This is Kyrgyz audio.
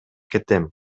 кетем